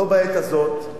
לא בעת הזאת.